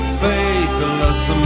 faithless